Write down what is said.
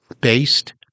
based